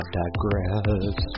digress